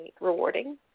rewarding